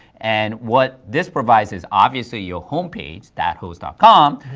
and what this provides is obviously your homepage, dathost ah com,